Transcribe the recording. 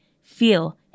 feel